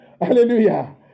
Hallelujah